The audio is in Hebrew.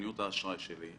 משנת 2003,